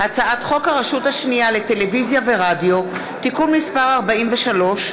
הצעת חוק הרשות השנייה לטלוויזיה ורדיו (תיקון מס' 43),